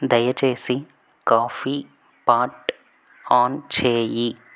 దయచేసి coffee pot on చెయ్యి